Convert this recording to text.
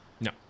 No